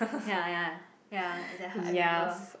ya ya ya I I remember